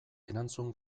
erantzun